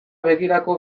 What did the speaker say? begirako